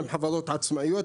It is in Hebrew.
הם חברות עצמאיות,